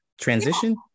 transition